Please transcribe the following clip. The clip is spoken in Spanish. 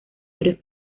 varios